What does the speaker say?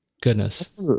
Goodness